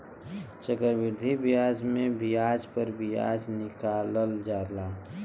चक्रवृद्धि बियाज मे बियाज प बियाज निकालल जाला